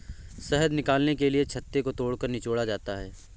शहद निकालने के लिए छत्ते को तोड़कर निचोड़ा जाता है